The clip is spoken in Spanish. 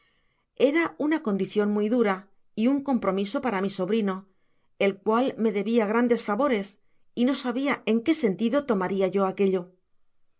era una condicion muy dura y un compromiso para mi sobrino el cual me debia grandes favores y no sabia en qué sentido tomaria yo aquello